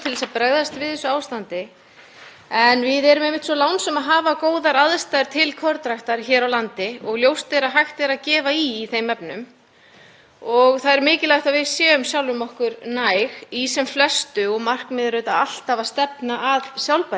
Það er mikilvægt að við séum sjálfum okkur næg í sem flestu og markmiðið er auðvitað alltaf að stefna að sjálfbærni. Því vil ég spyrja hæstv. matvælaráðherra: Eru einhverjar aðgerðir á teikniborðinu sem snúa að því að auka og styðja við innlenda kornframleiðslu?